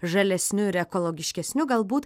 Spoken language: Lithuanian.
žalesniu ir ekologiškesniu galbūt